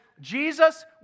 Jesus